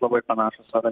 labai panašūs orai